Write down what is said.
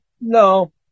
no